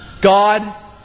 God